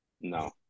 No